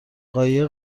قایق